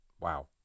Wow